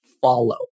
follow